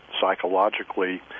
psychologically